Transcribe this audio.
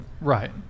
right